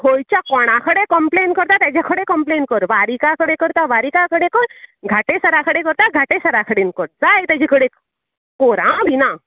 खोंयच्या कोणा कडेन कंप्लेन करता तेजेकडेन कंप्लेन कर वारीका कडेन करता वारीका कडेन कर घाटे सरा कडेन करता घाटे सरा कडेन कर जाय तेजे कडेन कोर हांव भिना